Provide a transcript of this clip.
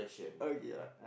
okay